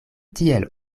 tiel